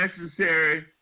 necessary